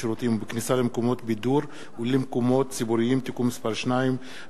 בשירותים ובכניסה למקומות בידור ולמקומות ציבוריים (תיקון מס' 2),